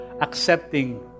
accepting